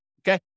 Okay